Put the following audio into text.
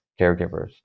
caregivers